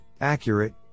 accurate